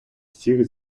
всіх